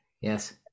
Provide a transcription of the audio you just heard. Yes